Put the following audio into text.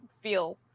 feel